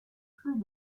plus